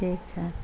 ٹھیک ہے